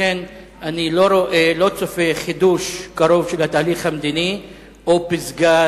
לכן אני לא צופה חידוש קרוב של התהליך המדיני או פסגה